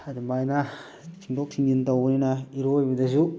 ꯑꯗꯨꯃꯥꯏꯅ ꯊꯤꯡꯗꯣꯛ ꯊꯤꯡꯖꯤꯟ ꯇꯧꯕꯅꯤꯅ ꯏꯔꯣꯏꯕꯗꯁꯨ